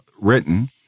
written